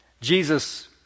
Jesus